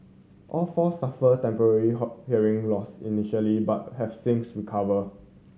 all four suffered temporary hearing loss initially but have since recovered